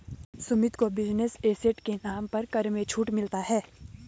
सुमित को business asset के नाम पर कर में छूट मिलता है